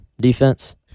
defense